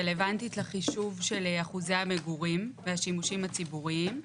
רלוונטית לחישוב של אחוזי המגורים והשימושים הציבוריים,